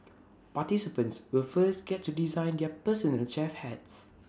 participants will first get to design their personal chef hats